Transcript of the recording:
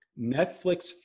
Netflix